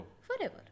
Forever